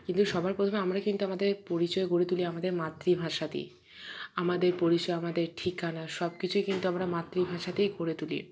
কিন্তু সবার প্রথমে আমরা কিন্তু আমাদের পরিচয় গড়ে তুলি আমাদের মাতৃভাষাতে আমাদের পরিচয় আমাদের ঠিকানা সবকিছুই কিন্তু আমরা মাতৃভাষাতেই গড়ে তুলি